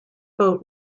boat